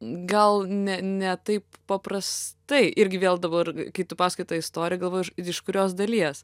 gal ne ne taip paprastai irgi vėl dabar kai tu pasakojai tą istoriją galvoju iš iš kurios dalies